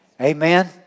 amen